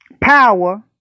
power